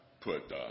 put